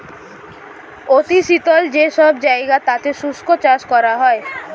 অতি শীতল যে সব জায়গা তাতে শুষ্ক চাষ করা হয়